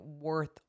worth